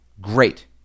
Great